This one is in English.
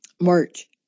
March